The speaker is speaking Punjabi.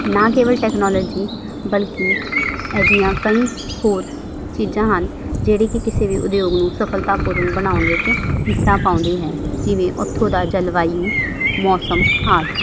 ਨਾ ਕੇਵਲ ਟੈਕਨੋਲਜੀ ਬਲਕਿ ਅਜਿਹੀਆਂ ਕਈ ਹੋਰ ਚੀਜ਼ਾਂ ਹਨ ਜਿਹੜੀ ਕਿ ਕਿਸੇ ਵੀ ਉਦਯੋਗ ਨੂੰ ਸਫਲਤਾ ਪੂਰਨ ਬਣਾਉਣ ਵਿੱਚ ਹਿੱਸਾ ਪਾਉਂਦੀ ਹੈ ਜਿਵੇਂ ਉੱਥੋਂ ਦਾ ਜਲਵਾਯੂ ਮੌਸਮ ਆਦਿ